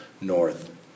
north